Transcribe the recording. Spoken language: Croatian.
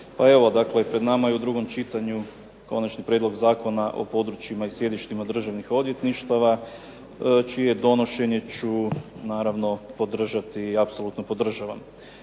Pa evo pred nama je u drugom čitanju Konačni prijedlog zakona o područjima i sjedištima Državnih odvjetništava, čije donošenje ću podržati i apsolutno podržavam.